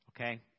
Okay